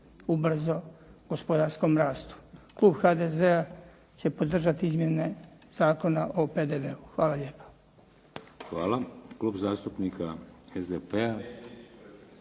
ubrzo gospodarskom rastu. Klub HDZ-a će podržati izmjene Zakona o PDV-u. Hvala lijepa. **Šeks, Vladimir (HDZ)**